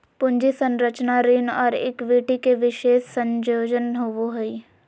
पूंजी संरचना ऋण और इक्विटी के विशेष संयोजन होवो हइ